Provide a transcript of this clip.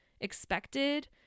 expected